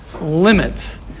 limits